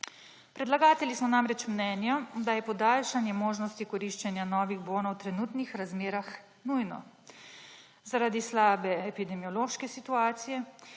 Predlagatelji smo namreč mnenja, da je podaljšanje možnosti koriščenja novih bonov v trenutnih razmerah nujno zaradi slabe epidemiološke situacije,